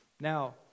Now